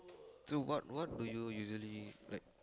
so what what do you usually like